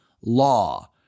law